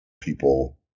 people